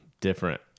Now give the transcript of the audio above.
Different